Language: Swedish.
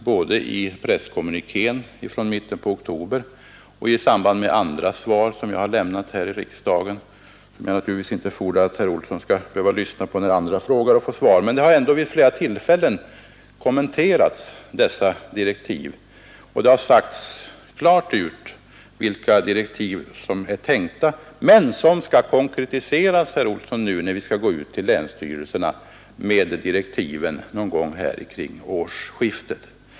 Både i presskommunikén från mitten av oktober och i samband med andra svar som jag har lämnat här i riksdagen — jag fordrar naturligtvis inte att herr Olsson skall behöva lyssna när andra frågar och får svar — har dessa direktiv kommenterats, och det har sagts klart ut vilka direktiv som är tänkta men som skall konkretiseras, herr Olsson, nu när vi skall gå ut till länsstyrelserna med direktiven någon gång omkring årsskiftet.